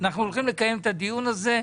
אנחנו הולכים לקיים את הדיון הזה,